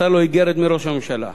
מסר לו איגרת מראש הממשלה.